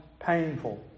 painful